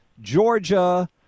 Georgia